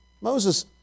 Moses